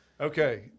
Okay